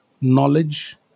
knowledge